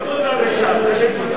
זאת לא תודה לש"ס, אלא לאיציק כהן.